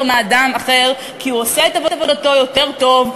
מלאדם אחר כי הוא עושה את עבודתו יותר טוב,